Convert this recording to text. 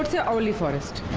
to auli forest.